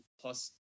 plus